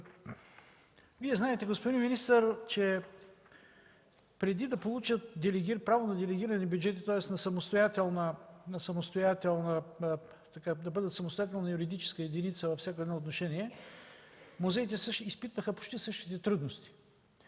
Вие знаете, господин министър, че преди да получат право на делегиран бюджет, тоест да бъдат самостоятелна юридическа единица във всяко отношение, музеите изпитваха почти същите трудности.